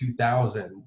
2000